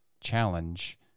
challenge